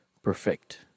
perfect